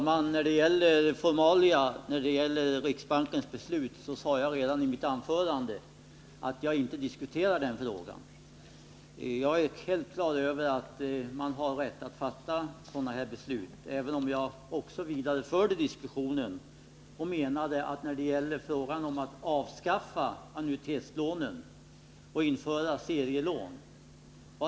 Fru talman! Jag sade redan i mitt anförande att jag inte diskuterade formalia kring riksbankens beslut. Jag är helt på det klara med att man har rätt att fatta sådana här beslut, även om jag också förde diskussionen vidare och menade att riksdagen inte hade tagit ställning till frågan om att avskaffa annuitetslånen och införa serielån.